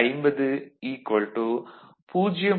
8 50 0